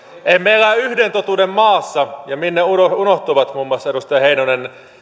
emme elä yhden totuuden maassa minne unohtuivat muun muassa edustaja heinonen